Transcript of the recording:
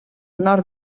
nord